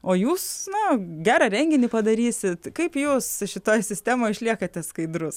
o jūs na gerą renginį padarysit kaip jūs šitoj sistemoj išliekate skaidrus